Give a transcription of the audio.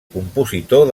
compositor